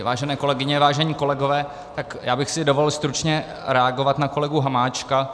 Vážené kolegyně, vážení kolegové, já bych si dovolil stručně reagovat na kolegu Hamáčka.